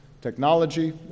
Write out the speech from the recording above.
technology